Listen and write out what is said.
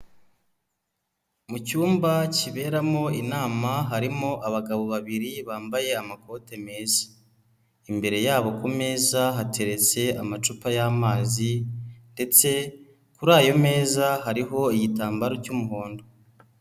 Mu cyumba kiberamo inama harimo abagabo babiri bambaye amakote meza, imbere yabo kumeza hateretse amacupa y'amazi ndetse kuri ayo meza hariho igitambaro cy'umuhondo.